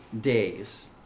days